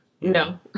no